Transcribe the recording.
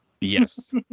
Yes